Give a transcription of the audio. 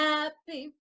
Happy